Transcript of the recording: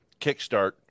kickstart